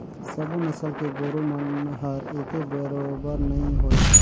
सबो नसल के गोरु मन हर एके बरोबेर नई होय